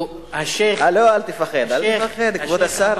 אל תפחד, אל תפחד, כבוד השר.